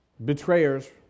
Betrayers